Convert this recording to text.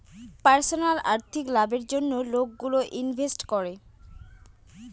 personal আর্থিক লাভের জন্য লোকগুলো ইনভেস্ট করে